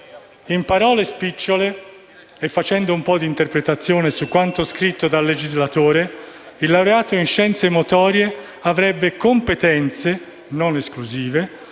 In parole spicciole, e facendo un po' di interpretazione su quanto scritto dal legislatore, il laureato in scienze motorie avrebbe competenze (non esclusive)